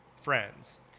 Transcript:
friends